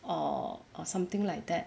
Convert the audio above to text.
or or something like that